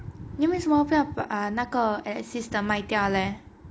eh then 为什么不要把那个 alexis 的卖掉勒